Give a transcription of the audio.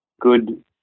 good